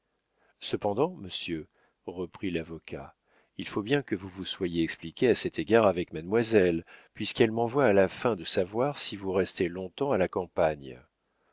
cependant monsieur reprit l'avocat il faut bien que vous vous soyez expliqué à cet égard avec mademoiselle puisqu'elle m'envoie à la fin de savoir si vous restez long-temps à la campagne